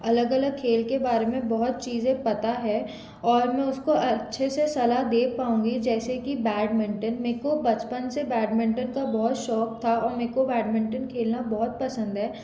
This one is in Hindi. अलग अलग खेल के बारे में बहुत चीज़ें पता है और मैं उसको अच्छे से सलाह दे पाऊँगी जैसे कि बैडमिंटन मुझको बचपन से बैडमिंटन का बहुत शौक था और मुझको बैडमिंटन खेलना बहुत पसंद है